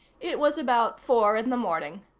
it was about four in the morning.